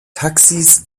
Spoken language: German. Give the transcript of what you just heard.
taxis